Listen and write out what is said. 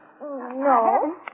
No